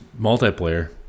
Multiplayer